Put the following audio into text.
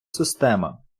систему